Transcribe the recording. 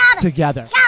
together